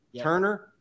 Turner